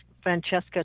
Francesca